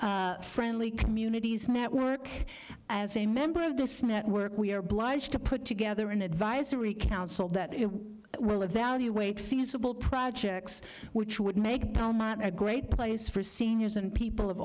age friendly communities network as a member of this network we are blige to put together an advisory council that will evaluate feasible projects which would make a great place for seniors and people of